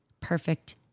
perfect